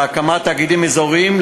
בהקמת תאגידים אזוריים,